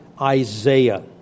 Isaiah